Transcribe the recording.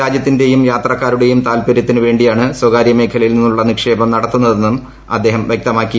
രാജ്യത്തിന്റെയും യാത്രക്കാരുടെയും താൽപര്യത്തിനുവേണ്ടിയാണ് സ്വകാര്യ മേഖലയിൽ നിന്നുള്ള നിക്ഷേപം നടത്തുന്നതെന്നും അദ്ദേഹം വ്യക്തമാക്കി